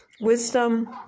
Wisdom